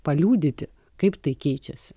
paliudyti kaip tai keičiasi